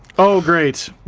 oh, great.